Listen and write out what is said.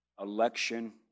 election